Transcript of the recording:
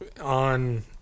On